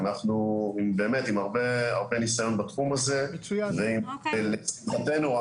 אנחנו באמת עם הרבה ניסיון בתחום הזה ולשמחתנו עם